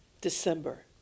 December